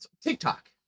TikTok